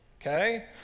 okay